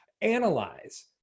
analyze